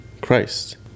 Christ